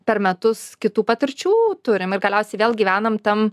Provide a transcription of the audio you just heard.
per metus kitų patirčių turim ir galiausiai vėl gyvenam tam